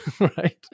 right